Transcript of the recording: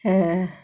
oh